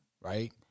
right